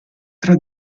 tra